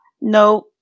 No